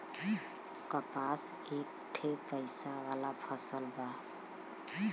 कपास एक ठे पइसा वाला फसल बा